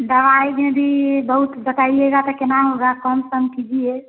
दवाई दी बहुत बताइएगा त के ना होगा कम सम कीजिए